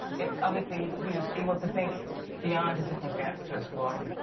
it's obviously, he was able to think beyond his circumstance to explore.